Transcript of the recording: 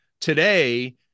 today